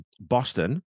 Boston